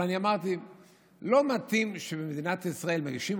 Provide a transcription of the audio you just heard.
אבל אמרתי שלא מתאים שבמדינת ישראל מגישים